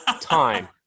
time